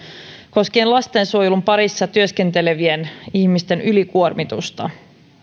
koskien lastensuojelun parissa työskentelevien ihmisten ylikuormitusta